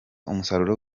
umusaruro